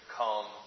come